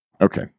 Okay